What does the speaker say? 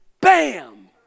bam